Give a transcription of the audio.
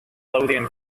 lothian